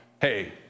Hey